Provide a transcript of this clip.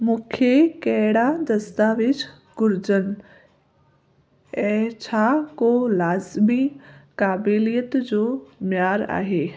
मूंखे कहिड़ा दस्तावेजु घुरिजनि ऐं छा को लाज़िमी क़ाबिलियत जो मयारु आहे